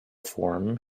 form